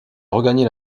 regagner